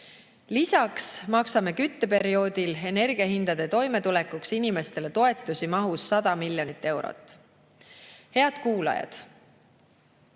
Lisaks maksame kütteperioodil energiahindadega toimetulekuks inimestele toetusi mahus 100 miljonit eurot. Head kuulajad!